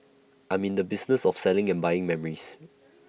I'm in the business of selling and buying memories